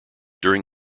during